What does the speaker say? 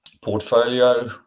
portfolio